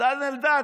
דן אלדד,